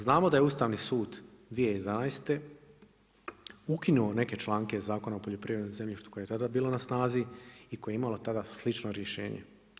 Znamo da je Ustavni sud 2011. ukinuo neke članke Zakona o poljoprivrednom zemljištu koje je tada bilo na snazi i koje je imalo tada slično rješenje.